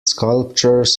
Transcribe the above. sculptures